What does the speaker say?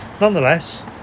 nonetheless